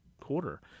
quarter